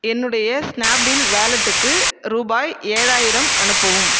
என்னுடைய ஸ்னாப்டீல் வாலெட்டுக்கு ரூபாய் ஏழாயிரம் அனுப்பவும்